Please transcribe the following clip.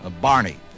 Barney